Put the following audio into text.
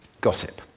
gossip.